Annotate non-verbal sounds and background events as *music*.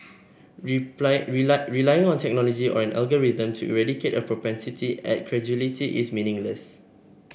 *unintelligible* relying on technology or an algorithm to eradicate a propensity at credulity is meaningless